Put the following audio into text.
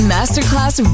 Masterclass